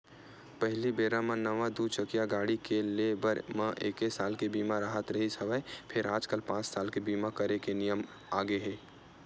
पहिली बेरा म नवा दू चकिया गाड़ी के ले बर म एके साल के बीमा राहत रिहिस हवय फेर आजकल पाँच साल के बीमा करे के नियम आगे हे